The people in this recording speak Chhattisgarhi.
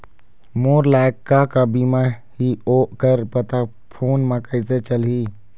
मोर लायक का का बीमा ही ओ कर पता फ़ोन म कइसे चलही?